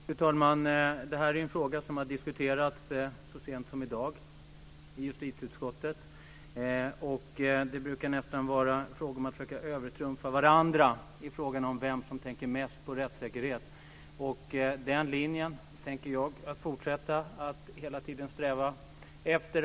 Fru talman! Det här är en fråga som har diskuterats så sent som i dag i justitieutskottet. Det brukar nästan vara fråga om att försöka övertrumfa varandra i vem som tänker mest på rättssäkerhet. Den linjen tänker jag fortsätta att hela tiden sträva efter.